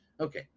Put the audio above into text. Okay